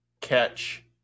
catch